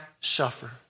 suffer